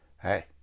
hey